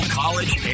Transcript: college